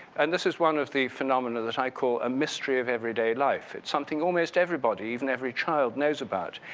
and this is one of the phenomena that i called, a mystery of everyday life. it's something almost everybody, even every child knows about,